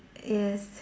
yes